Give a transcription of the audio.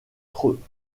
grottes